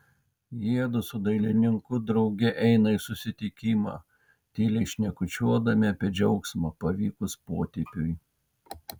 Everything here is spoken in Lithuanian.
jiedu su dailininku drauge eina į susitikimą tyliai šnekučiuodami apie džiaugsmą pavykus potėpiui